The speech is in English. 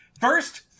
First